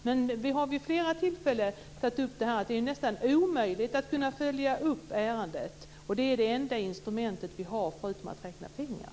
Men vi har vid flera tillfällen tagit upp att det är nästan omöjligt att följa upp ärendet, och det är det enda instrument vi har, förutom att räkna pengar.